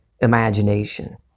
imagination